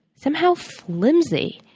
somehow flimsy.